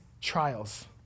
trials